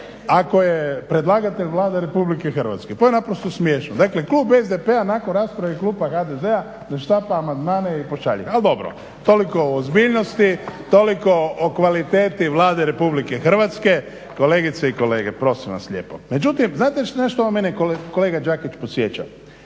ako je predlagatelj Vlada RH, to je naprosto smiješno. Dakle, Klub SDP-a nakon rasprave klube HDZ-a naštampa amandmane i pošalje, al dobro, toliko o ozbiljnosti, toliko o kvaliteti Vlade RH. Kolegice i kolege prosim vas lijepo. Međutim znate na što mene kolega Đakić podsjeća,